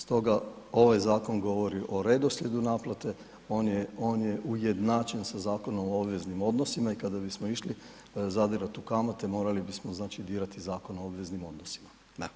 Stoga ovaj zakon govori o redoslijedu naplate, on je ujednačen sa Zakonom o obveznim odnosima i kada bismo išli zadirat u kamate morali bismo dirati Zakon o obveznim odnosima.